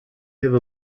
have